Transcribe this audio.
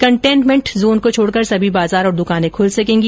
containment zone को छोडकर सभी बाजार और दुकाने खुल सकेंगी